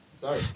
Sorry